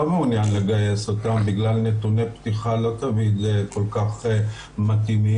מעוניין לגייס אותן בגלל נתוני פתיחה לא תמיד כל כך מתאימים,